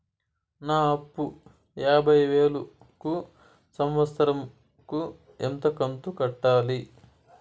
నా అప్పు యాభై వేలు కు సంవత్సరం కు ఎంత కంతు కట్టాలి?